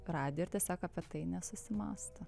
radijo ir tiesiog apie tai nesusimąsto